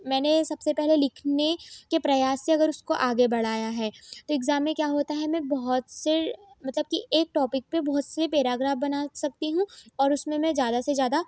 मैंने सबसे पहले लिखने के प्रयास से अगर उसको आगे बढ़ाया है तो एग्ज़ाम में क्या होता मैं बहुत से मतलब कि एक टॉपिक पर बहुत से पेराग्राफ बना सकती हूँ और उसमें मैं जादा से जादा